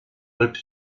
lived